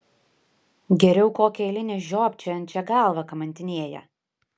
geriau kokią eilinę žiopčiojančią galvą kamantinėja